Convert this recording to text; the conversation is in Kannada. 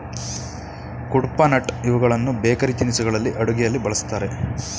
ಕುಡ್ಪನಟ್ ಇವುಗಳನ್ನು ಬೇಕರಿ ತಿನಿಸುಗಳಲ್ಲಿ, ಅಡುಗೆಯಲ್ಲಿ ಬಳ್ಸತ್ತರೆ